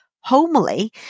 homely